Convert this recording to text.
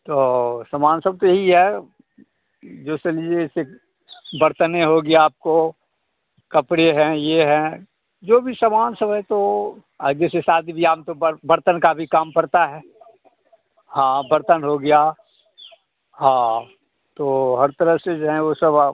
तो सामान सब तो यही है जैसे लिए इसे बर्तन हो गया आपको कपड़े हैं ये हैं जो भी सामान सब है तो जैसे शादी बियाह में तो बर्तन का भी काम पड़ता है हाँ बर्तन हो गया हाँ तो हर तरह से जो हैं वह सब आप